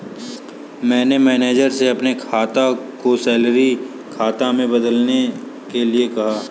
मैंने मैनेजर से अपने खाता को सैलरी खाता में बदलने के लिए कहा